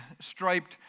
striped